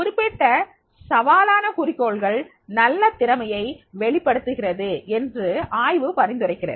குறிப்பிட்ட சவாலான குறிக்கோள்கள் நல்ல திறமையை வெளிப்படுத்துகிறது என்று ஆய்வு பரிந்துரைக்கிறது